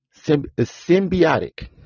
symbiotic